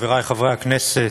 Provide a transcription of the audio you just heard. חברי חברי הכנסת,